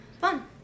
Fun